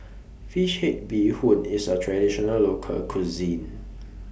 Fish Head Bee Hoon IS A Traditional Local Cuisine